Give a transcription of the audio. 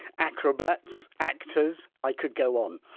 acrobats, actors i could go on.